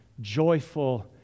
joyful